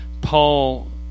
Paul